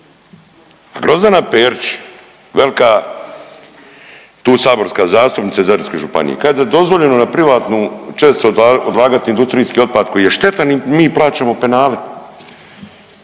Pa Grozdana Perić velka tu saborska zastupnica iz Zadarske županije kaže da je dozvoljeno na privatnu česticu odlagati industrijski otpad koji je štetan i mi plaćamo penale.